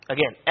Again